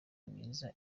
myiza